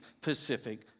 Pacific